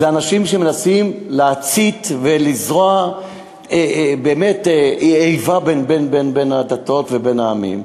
אלו אנשים שמנסים להצית ולזרוע איבה בין הדתות ובין העמים.